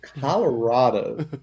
Colorado